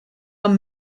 are